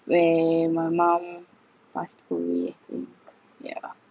where my mom passed away I think yeah